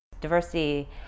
Diversity